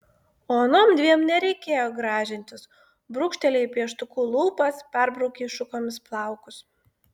o anom dviem nereikėjo gražintis brūkštelėjai pieštuku lūpas perbraukei šukomis plaukus